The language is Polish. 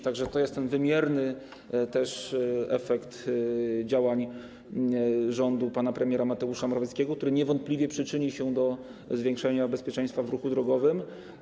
Tak że to jest wymierny efekt działań rządu pana premiera Mateusza Morawieckiego, który niewątpliwie przyczyni się do zwiększenia bezpieczeństwa w ruchu drogowym.